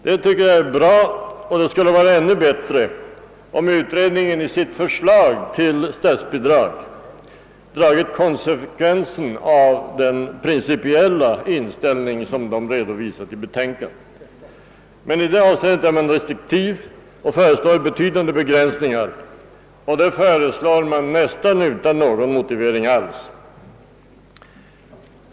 Detta tycker jag är bra, men det hade varit ännu bättre om utredningen i sitt förslag till statsbidrag dragit konsekvensen av den principiella inställning man redovisat i betänkandet. I det avseendet är man emellertid restriktiv och föreslår betydan de begränsningar, och det nästan utan någon motivering alls.